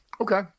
Okay